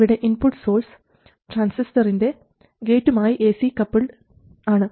ഇവിടെ input source ട്രാൻസിസ്റ്ററിൻറെ ഗേറ്റും ആയി എസി കപ്പിൾഡ് ആണ്